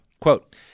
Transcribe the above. Quote